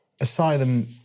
Asylum